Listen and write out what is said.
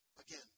Again